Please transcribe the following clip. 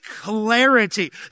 clarity